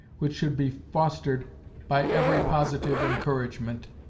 which should be fostered by every positive encouragement,